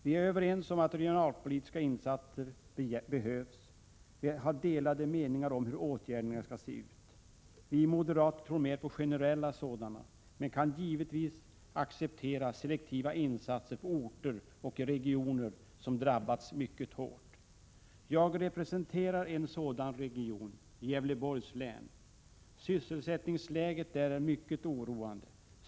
Vi är överens om att regionalpolitiska åtgärder behövs. Vi har delade meningar om hur åtgärderna skall se ut. Vi moderater tror mer på generella sådana men kan givetvis acceptera selektiva insatser på orter och i regioner som drabbats mycket hårt. Jag representerar en sådan region, Gävleborgs län. Sysselsättningsläget är mycket oroande.